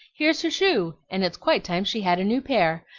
here's her shoe, and it's quite time she had a new pair.